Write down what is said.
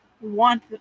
want